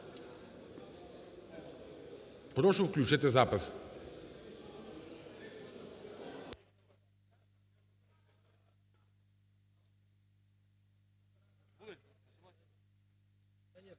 Прошу включити запис.